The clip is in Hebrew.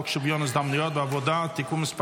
שוויון ההזדמנויות בעבודה (תיקון מס'